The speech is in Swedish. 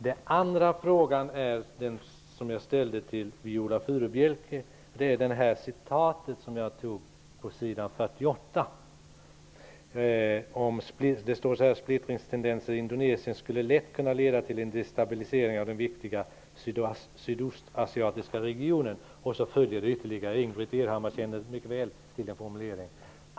Den andra frågan, som jag ställde till Viola Furubjelke, gäller det citat som jag gjorde från s. 48, nämligen: ''Splittringstendenser i Indonesien skulle lätt kunna leda till en destabilisering av den viktiga sydostasiatiska regionen.'' Denna formulering och formuleringen därefter känner Ingbritt Irhammar mycket väl till.